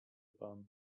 pan